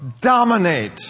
dominate